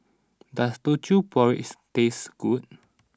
does Teochew Porridge taste good